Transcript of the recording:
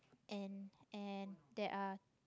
and and there are